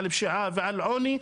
עוני ופשיעה,